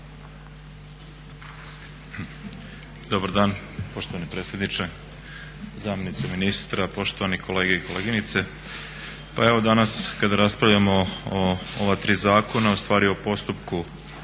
Dobar dan poštovani predsjedniče. Zamjenice ministra, poštovane kolegice i kolege. Pa evo danas kada raspravljamo o ova tri zakona ustvari o postupku